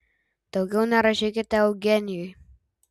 daugiau nerašykite eugenijui